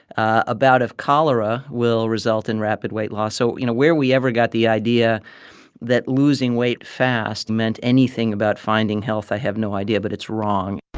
a bout of cholera will result in rapid weight loss. so, you know, where we ever got the idea that losing weight fast meant anything about finding health, i have no idea. but it's wrong